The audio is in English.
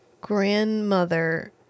grandmother